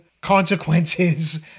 consequences